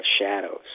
shadows